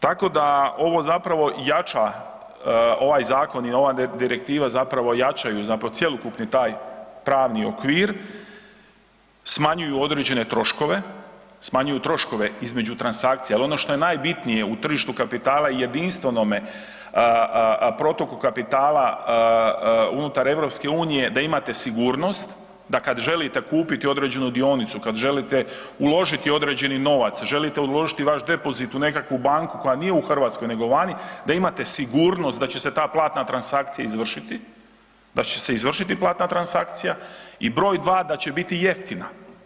Tako da, ovo zapravo jača, ovaj zakon i ova Direktiva zapravo jačaju zapravo cjelokupni taj pravni okvir, smanjuju određene troškove, smanjuju troškove između transakcija, jer ono što je najbitnije u tržištu kapitala ... protoku kapitala unutar EU, da imate sigurnost, da kad želite kupiti određenu dionicu, kad želite uložiti određeni novac, želite uložiti vaš depozit u nekakvu banku koja nije u Hrvatskoj nego vani, da imate sigurnost da će se ta platna transakcija izvršiti, da će se izvršiti platna transakcija i broj 2, da će biti jeftina.